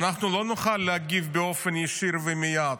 אנחנו לא נוכל להגיב באופן ישיר ומייד,